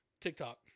TikTok